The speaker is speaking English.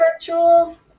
virtuals